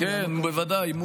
בוודאי.